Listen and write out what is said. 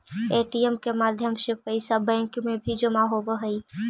ATM के माध्यम से पैइसा बैंक में जमा भी होवऽ हइ